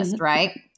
right